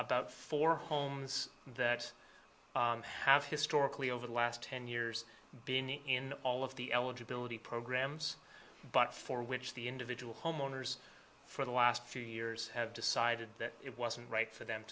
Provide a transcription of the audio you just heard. about four homes that have historically over the last ten years been in all of the eligibility programs but for which the individual homeowners for the last few years have decided that it wasn't right for them